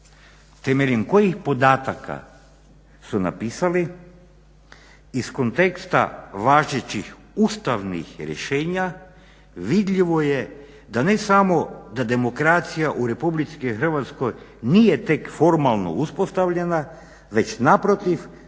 temeljem kojih podataka su napisali, iz konteksta važećih ustavnih rješenja vidljivo je da ne samo da demokracija u Republici Hrvatskoj nije tek formalno uspostavljena već naprotiv,